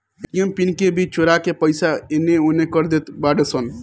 ATM PIN के भी चोरा के पईसा एनेओने कर देत बाड़ऽ सन